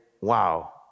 wow